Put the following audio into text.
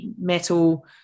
metal